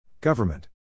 government